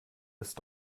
ist